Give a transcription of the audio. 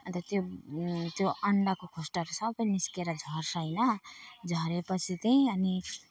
अन्त त्यो अण्डाको खोस्टाहरू सबै निस्केर झर्छ होइन झरे पछि त अनि